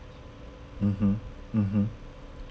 mmhmm mmhmm